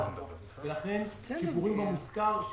ולכן שיפורים במושכר,